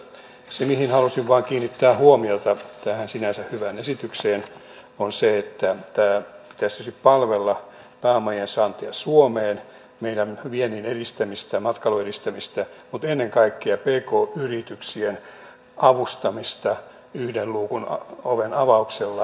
se mihin halusin vain kiinnittää huomiota tässä sinänsä hyvässä esityksessä on se että tämän pitäisi tietysti palvella pääomien saantia suomeen meidän viennin edistämistä matkailun edistämistä mutta ennen kaikkea pk yrityksien avustamista yhden luukun oven avauksella kansainvälistymisellä